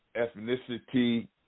ethnicity